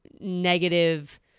negative